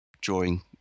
drawing